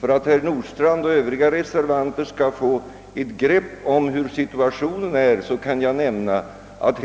För att herr Nordstrandh och övriga reservanter skall få ett begrepp om situationen kan jag nämna, att